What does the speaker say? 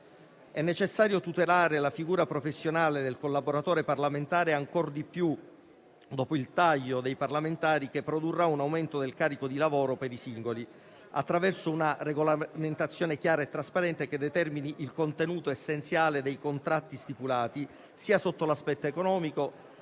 È necessario tutelare la figura professionale del collaboratore parlamentare, ancor di più dopo il taglio dei parlamentari, che produrrà un aumento del carico di lavoro per i singoli, attraverso una regolamentazione chiara e trasparente che determini il contenuto essenziale dei contratti stipulati sia sotto l'aspetto economico